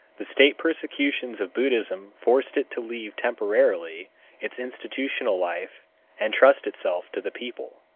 the state persecutions of buddhism forced it to leave temporarily its institutional life and trust itself to the people.